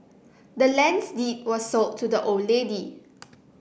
the land's deed was sold to the old lady